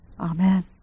Amen